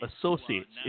associates